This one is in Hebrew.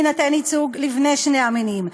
יינתן ייצוג לבני שני המינים,